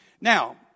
Now